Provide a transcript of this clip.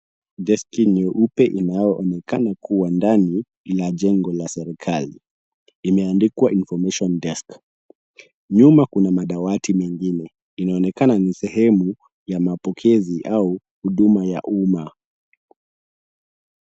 Deski nyeupe inayoonekana kuwa ndani la jengo la serikali. Imeandikwa information desk .Nyuma kuna madawati mengine, inaonekana ni sehemu ya mapokezi au huduma ya umma .